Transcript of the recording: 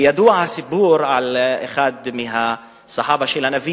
ידוע הסיפור על אחד מה"צחאבה" של הנביא